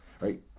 right